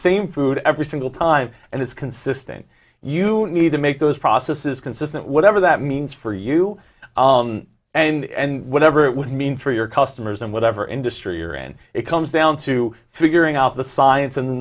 same food every single time and it's consistent you need to make those processes consistent whatever that means for you and whatever it would mean for your customers in whatever industry you're in it comes down to figuring out the science and